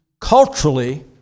culturally